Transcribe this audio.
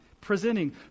presenting